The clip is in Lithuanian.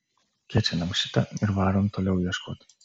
kečinam šitą ir varom toliau ieškot